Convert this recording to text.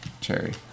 Cherry